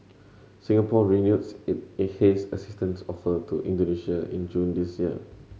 Singapore renews it it haze assistance offer to Indonesia in June this year